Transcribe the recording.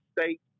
State